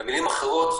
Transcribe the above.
במילים אחרות,